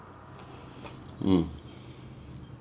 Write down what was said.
mm